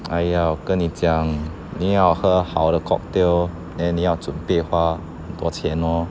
!aiya! 我跟你讲你要喝好的 cocktail then 你要准备花多钱 orh